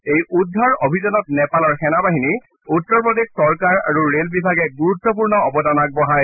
এই উদ্ধাৰ অভিযানত নেপালৰ সেনাবাহিনী উত্তৰ প্ৰদেশ চৰকাৰ আৰু ৰেল বিভাগে গুৰুত্বপূৰ্ণ অৱদান আগবঢ়ায়